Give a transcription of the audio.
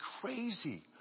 crazy